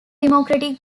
democratic